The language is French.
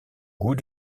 goût